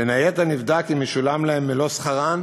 בין היתר נבדק אם שולם להן מלוא שכרן